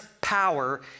power